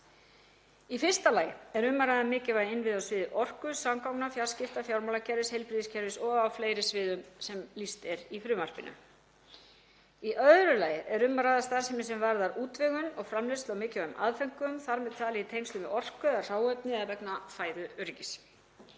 Í fyrsta lagi er um að ræða mikilvæga innviði á sviði orku, samgangna, fjarskipta, fjármálakerfis, heilbrigðiskerfis og á fleiri sviðum sem lýst er í frumvarpinu. Í öðru lagi er um að ræða starfsemi sem varðar útvegun og framleiðslu á mikilvægum aðföngum, þar með talið í tengslum við orku eða hráefni eða vegna fæðuöryggis.